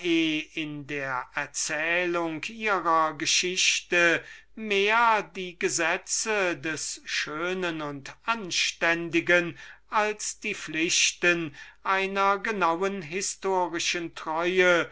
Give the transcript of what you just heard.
in der erzählung ihrer geschichte mehr die gesetze des schönen und anständigen als die pflichten einer genauen historischen treue